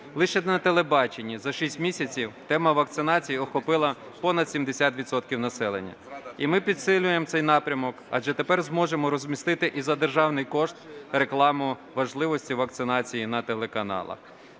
Лише на телебаченні за шість місяців тема вакцинації охопила понад 70 відсотків населення. І ми підсилюємо цей напрямок, адже тепер зможемо розмістити і за державний кошт рекламу важливості вакцинації на телеканалах.